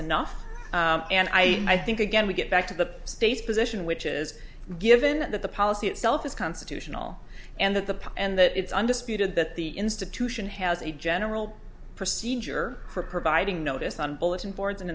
enough and i i think again we get back to the state's position which is given that the policy itself is constitutional and that the and that it's undisputed that the institution has a general procedure for providing notice on bulletin boards and